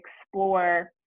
explore